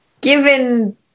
Given